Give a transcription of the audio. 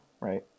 right